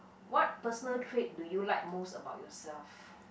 what personal trait do you like most about yourself